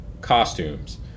costumes